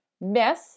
miss